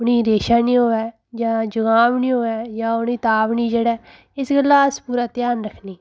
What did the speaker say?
उ'नेंगी रेशा नी होऐ जां जुकाम नी होऐ जां उ'नेंगी ताप नी चढ़ै इस गल्लै दा अस पूरा ध्यान रक्खने